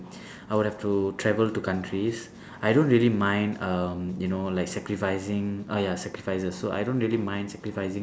I would have to travel to countries I don't really mind um you know like sacrificing uh ya sacrifices so I don't really mind sacrificing